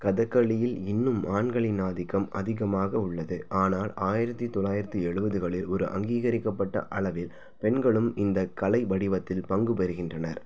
கதகளியில் இன்னும் ஆண்களின் ஆதிக்கம் அதிகமாக உள்ளது ஆனால் ஆயிரத்தி தொள்ளாயிரத்தி எழுவதுகளில் ஒரு அங்கீகரிக்கப்பட்ட அளவில் பெண்களும் இந்தக் கலை வடிவத்தில் பங்குபெறுகின்றனர்